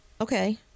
okay